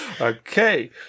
okay